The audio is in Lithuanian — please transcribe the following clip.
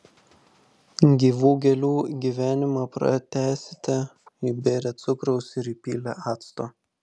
gyvų gėlių gyvenimą pratęsite įbėrę cukraus ir įpylę acto